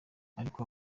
ariko